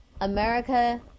America